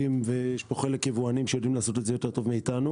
יש פה יבואנים שיודעים לעשות את זה טוב מאתנו,